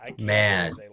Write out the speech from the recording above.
man